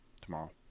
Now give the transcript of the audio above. tomorrow